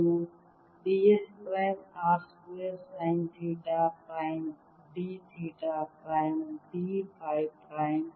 D s prime R square sine theta prime d theta prime d phi prime